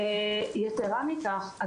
יתר מכך,